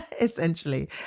essentially